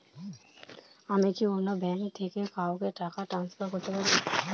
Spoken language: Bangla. আমি কি অন্য ব্যাঙ্ক থেকে কাউকে টাকা ট্রান্সফার করতে পারি?